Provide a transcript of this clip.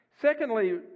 Secondly